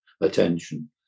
Attention